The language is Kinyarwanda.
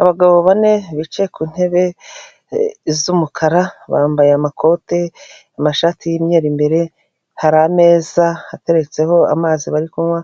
Abagabo bane bicaye ku ntebe z'umukara bambaye amakoti amashati y'imyeru imbere, hari ameza ateretseho amazi bari kunywa,